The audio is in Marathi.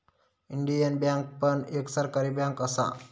इंडियन बँक पण एक सरकारी बँक असा